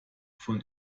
von